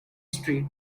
street